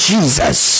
Jesus